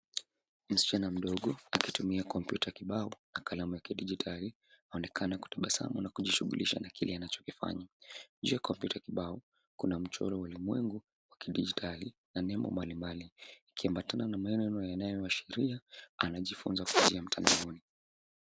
Msichana mdogo akitumia kompyuta kibao na kalamu ya kidigitali anaonekana kutabasamu na kujishughulisha na kile anachokifanya. Juu ya kompyuta kibao kuna mchoro ulimwengu wa kidigitali na nembo mbalimbali ikiambatana na maneno yanayoashiria anajifunza kwa njia ya mtandao.